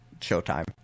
showtime